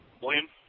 William